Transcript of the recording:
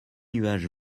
nuages